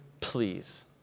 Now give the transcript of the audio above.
please